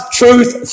truth